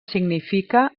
significa